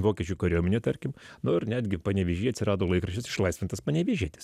vokiečių kariuomenė tarkim nu ir netgi panevėžyje atsirado laikraštis išlaisvintas panevėžietis